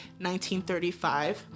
1935